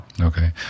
Okay